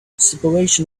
separation